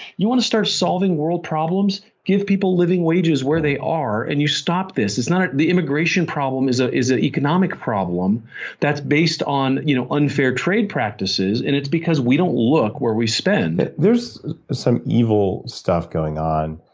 you want to start solving world problems? give people living wages where they are, and you stop this. it's not. the immigration problem is ah an ah economic problem that's based on you know unfair trade practices, and it's because we don't look where we spend there's some evil stuff going on.